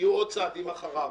יהיו עוד צעדים אחריו.